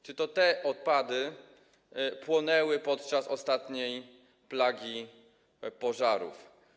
Czy to te odpady płonęły podczas ostatniej plagi pożarów?